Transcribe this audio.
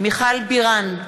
מיכל בירן,